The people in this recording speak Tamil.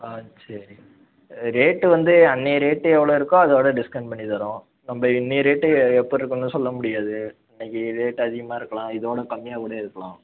ஆ சேரி ரேட்டு வந்து அன்னைய ரேட்டு எவ்வளோ இருக்கோ அதோட டிஸ்கவுண்ட் பண்ணி தரோம் நம்ப இன்னிய ரேட்டு எப்பட்ருக்குனு சொல்ல முடியாது அன்னக்கு ரேட்டு அதிகமாக இருக்கலாம் இதோட கம்மியாக கூட இருக்கலாம்